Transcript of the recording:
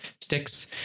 sticks